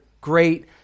great